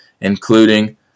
including